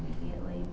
immediately